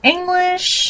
English